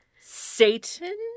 Satan